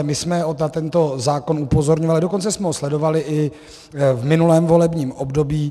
My jsme na tento zákon upozorňovali, dokonce jsme ho sledovali i v minulém volebním období.